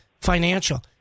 financial